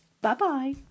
Bye-bye